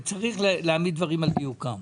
וצריך להעמיד דברים על דיוקם: